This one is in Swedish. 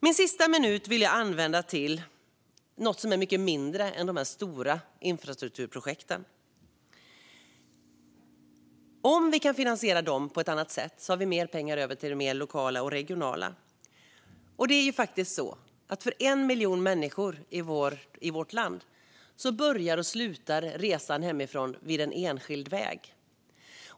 Min sista minut av talartiden vill jag använda till något som är mycket mindre än de stora infrastrukturprojekten. Om vi kan finansiera dem på ett annat sätt får vi mer pengar över till det lokala och regionala. För 1 miljon människor i vårt land börjar och slutar resan hemifrån vid en enskild väg.